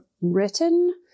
written